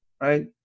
right